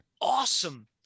awesome